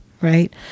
right